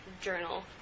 journal